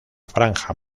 franja